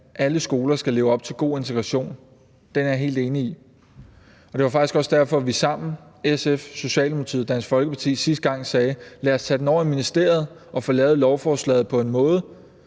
alle skoler skal leve op til god integration, er jeg helt enig i. Det var faktisk også derfor, vi sammen, SF, Socialdemokratiet og Dansk Folkeparti, sidste gang sagde: Lad os tage den over i ministeriet og få lavet lovforslaget på en måde,